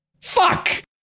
fuck